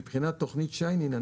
מבחינת תוכנית שיינין,